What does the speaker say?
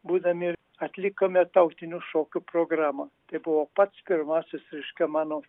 būdami atlikome tautinių šokių programą tai buvo pats pirmasis reiškia mano